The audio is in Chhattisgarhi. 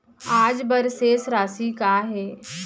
आज बर शेष राशि का हे?